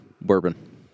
bourbon